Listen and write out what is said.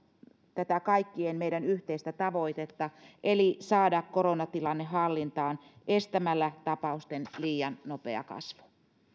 tätä kaikkien meidän yhteistä tavoitetta eli saada koronatilanne hallintaan estämällä tapausten liian nopea kasvu